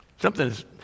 Something's